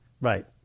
Right